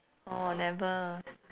orh never